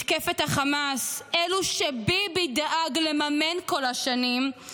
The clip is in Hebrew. מתקפת החמאס, אלו שביבי דאג לממן כל השנים,